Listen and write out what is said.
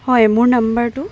হয় মোৰ নম্বৰটো